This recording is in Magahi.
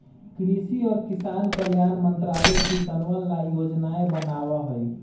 कृषि और किसान कल्याण मंत्रालय किसनवन ला योजनाएं बनावा हई